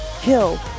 kill